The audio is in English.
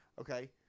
okay